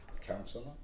councillor